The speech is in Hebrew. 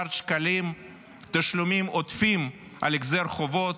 מיליארד שקלים תשלומים עודפים על החזר חובות,